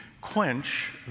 quench